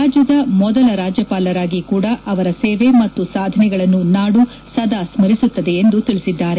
ರಾಜ್ಯದ ಮೊದಲ ರಾಜ್ಯಪಾಲರಾಗಿ ಕೂಡ ಅವರ ಸೇವೆ ಮತ್ತು ಸಾಧನೆಗಳನ್ನು ನಾಡು ಸದಾ ಸ್ಮರಿಸುತ್ತದೆ ಎಂದು ತಿಳಿಸಿದ್ದಾರೆ